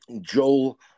Joel